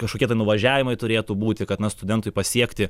kažkokie tai nuvažiavimai turėtų būti kad studentui pasiekti